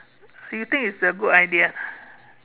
you think is a good idea